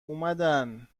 اومدن